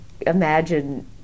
imagine